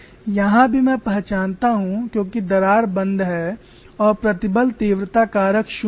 यहाँ भी मैं पहचानता हूँ क्योंकि दरार बंद है और प्रतिबल तीव्रता कारक शून्य है